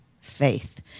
faith